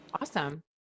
Awesome